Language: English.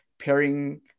pairing